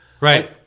Right